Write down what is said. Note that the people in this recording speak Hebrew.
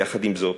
יחד עם זאת,